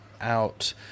out